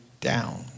down